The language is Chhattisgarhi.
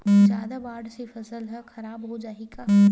जादा बाढ़ से फसल ह खराब हो जाहि का?